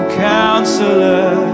counselor